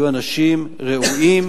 יהיו אנשים ראויים,